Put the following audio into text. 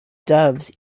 doves